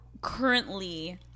currently